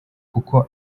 kuko